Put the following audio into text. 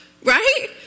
right